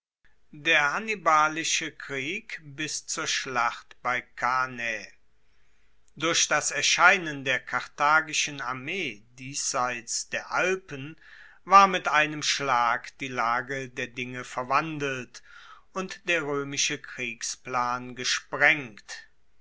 der hannibalische krieg bis zur schlacht bei cannae durch das erscheinen der karthagischen armee diesseits der alpen war mit einem schlag die lage der dinge verwandelt und der roemische kriegsplan gesprengt